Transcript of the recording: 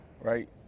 right